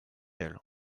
elle